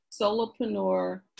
solopreneur